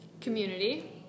Community